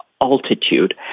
altitude